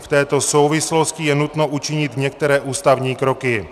V této souvislosti je nutno učinit některé ústavní kroky.